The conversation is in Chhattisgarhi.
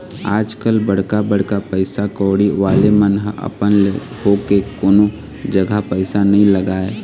आजकल बड़का बड़का पइसा कउड़ी वाले मन ह अपन ले होके कोनो जघा पइसा नइ लगाय